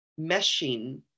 meshing